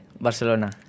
Barcelona